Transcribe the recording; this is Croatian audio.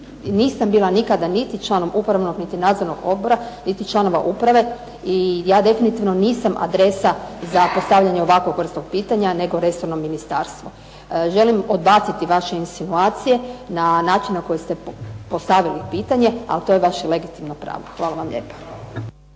nisam bila nikada niti članom upravnog niti nadzornog odbora, niti članova uprave i ja definitivno nisam adresa za postavljanje ovakvog vrsnog pitanja nego resorno ministarstvo. Želim odbaciti vaše insinuacije na način na koji ste postavili pitanje, ali to je vaše legitimno pravo. Hvala vam lijepa.